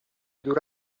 دور